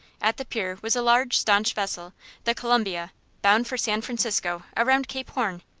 at the pier was a large, stanch vessel the columbia bound for san francisco, around cape horn.